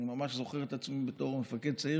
אני ממש זוכר את עצמי בתור מפקד צעיר